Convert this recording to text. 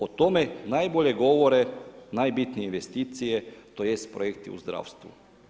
O tome najbolje govore najbitnije investicije, tj. projekti u zdravstvu.